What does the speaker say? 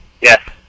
Yes